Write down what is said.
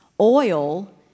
oil